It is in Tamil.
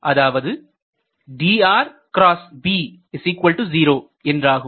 அதாவது என்றாகும்